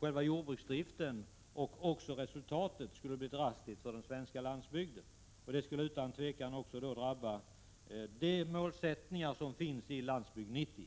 själva jordbruksdriften, och resultatet skulle också bli drastiskt för den svenska landsbygden. Det skulle utan tvivel även påverka målsättningarna i Landsbygd 90.